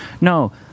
No